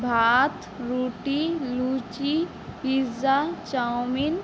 ভাত রুটি লুচি পিসজ্যা চাউমিন